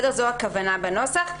זו הכוונה בנוסח.